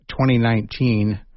2019